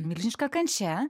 milžiniška kančia